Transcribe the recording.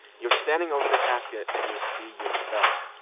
you're standing over the casket and you see yourself.